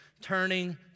turning